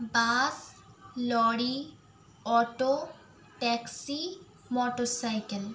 bus lorry auto taxi motor cycle